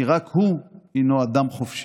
כי רק הוא הינו אדם חופשי.